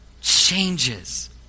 changes